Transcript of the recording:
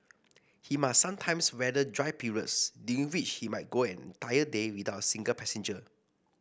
he must sometimes weather dry periods during which he might go an entire day without a single passenger